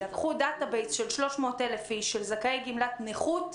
לקחו בסיס נתונים של 300,000 איש של זכאי גמלת נכות,